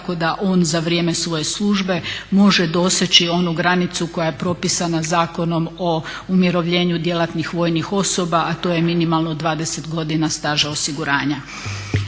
tako da on za vrijeme svoje službe može doseći onu granicu koja je propisana Zakonom o umirovljenju djelatnih vojnih osoba, a to je minimalno 20 godina staža osiguranja.